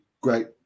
great